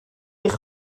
eich